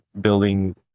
building